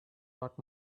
what